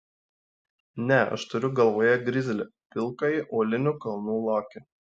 ne aš turiu galvoje grizlį pilkąjį uolinių kalnų lokį